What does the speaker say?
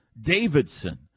Davidson